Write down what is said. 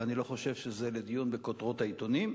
ואני לא חושב שזה לדיון בכותרות העיתונים.